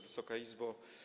Wysoka Izbo!